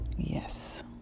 Yes